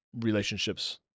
relationships